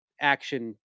action